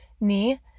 knee